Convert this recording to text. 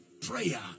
prayer